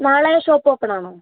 നാളെ shop open ആണോ